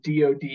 DOD